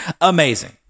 amazing